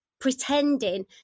pretending